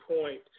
point